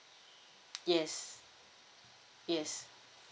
yes yes